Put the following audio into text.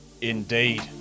indeed